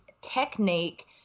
technique